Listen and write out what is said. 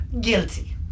Guilty